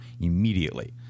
immediately